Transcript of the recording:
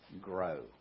grow